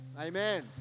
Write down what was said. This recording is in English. Amen